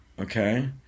okay